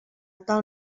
tal